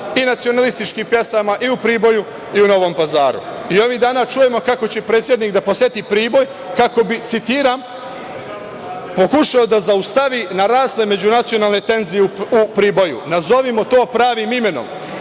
i nacionalističkih pesama i u Priboju i u Novom Pazaru.I ovih dana čujemo kako će predsednik da poseti Priboj kako bi citiram: „ pokušao da zaustavi na razne međunacionalne tenzije u Priboju“, nazovimo to pravim imenom,